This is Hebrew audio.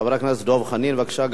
חבר הכנסת דב חנין, בבקשה.